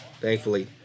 thankfully